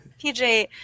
PJ